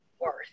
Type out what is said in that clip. worth